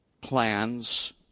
plans